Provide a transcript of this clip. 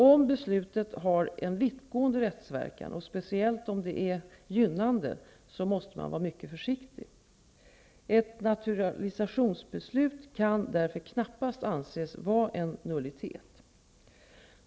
Om beslutet har en vittgående rättsverkan och speciellt om det är gynnande måste man vara mycket försiktig. Ett naturalisationsbeslut kan därför knappast anses vara en nullitet.